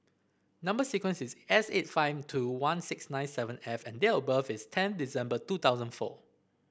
number sequence is S eight five two one six nine seven F and date of birth is ten December two thousand four